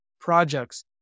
projects